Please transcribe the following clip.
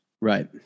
Right